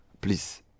Please